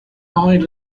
high